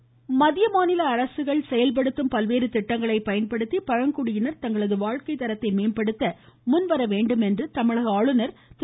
பன்வாரிலால் புரோஹித் மத்திய மாநில அரசுகள் செயல்படுத்தும் பல்வேறு திட்டங்களை பயன்படுத்தி பழங்குடியினா் தங்களது வாழ்க்கை தரத்தை மேம்படுத்த முன்வரவேண்டும் என தமிழக ஆளுநர் திரு